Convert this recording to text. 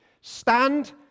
Stand